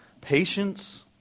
Patience